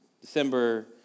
December